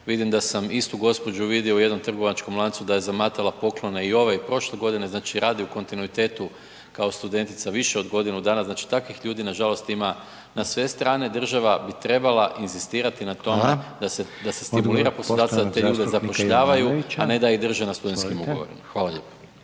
vidim da sam istu gospođu vidio u jednom trgovačkom lancu da je zamatala poklone i ove i prošle godine, znači radi u kontinuitetu kao studentica više od godinu dana. Znači takvih ljudi nažalost ima na sve strane, država bi trebala inzistirati na tome da se .../Govornici govore istovremeno, ne razumije se./... **Reiner, Željko